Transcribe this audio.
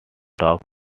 talk